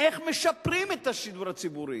איך משפרים את השידור הציבורי,